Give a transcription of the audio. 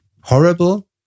horrible